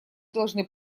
должны